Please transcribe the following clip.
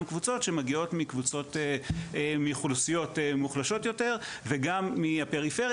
קבוצות שמגיעות מאוכלוסיות מוחלשות יותר וגם מהפריפריה